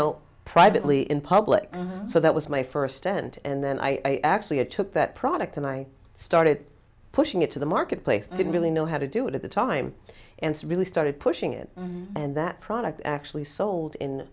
know privately in public so that was my first stent and then i actually it took that product and i started pushing it to the marketplace i didn't really know how to do it at the time and really started pushing it and that product actually sold in